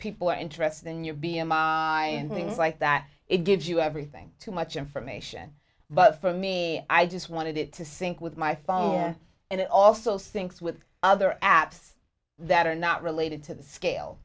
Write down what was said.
people are interested in your b m i and things like that it gives you everything too much information but for me i just wanted it to sync with my phone and it also syncs with other apps that are not related to the scale